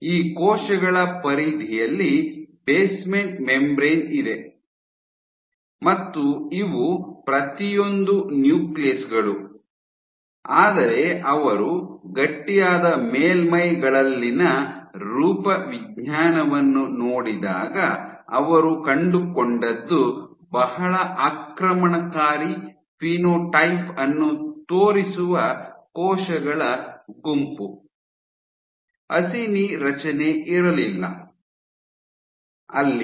ಈ ಕೋಶಗಳ ಪರಿಧಿಯಲ್ಲಿ ಬೇಸ್ಮೆಂಟ್ ಮೆಂಬ್ರೇನ್ ಇದೆ ಮತ್ತು ಇವು ಪ್ರತಿಯೊಂದೂ ನ್ಯೂಕ್ಲಿಯಸ್ ಗಳು ಆದರೆ ಅವರು ಗಟ್ಟಿಯಾದ ಮೇಲ್ಮೈಗಳಲ್ಲಿನ ರೂಪವಿಜ್ಞಾನವನ್ನು ನೋಡಿದಾಗ ಅವರು ಕಂಡುಕೊಂಡದ್ದು ಬಹಳ ಆಕ್ರಮಣಕಾರಿ ಫಿನೋಟೈಪ್ ಅನ್ನು ತೋರಿಸುವ ಕೋಶಗಳ ಗುಂಪು ಅಸಿನಿ ರಚನೆ ಇರಲಿಲ್ಲ ಅಲ್ಲಿ